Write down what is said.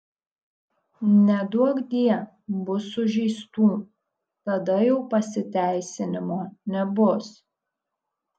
neduokdie bus sužeistų tada jau pasiteisinimo nebus